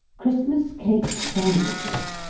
christmas cake sandwiches